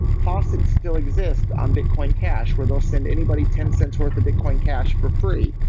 faucets still exists on bitcoin cash, where they'll send anybody ten cents worth of bitcoin cash for free.